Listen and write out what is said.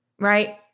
right